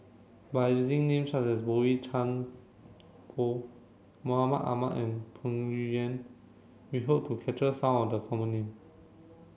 by using names such as Boey Chuan Poh Mahmud Ahmad and Peng Yuyun we hope to capture some of the common name